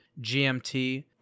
GMT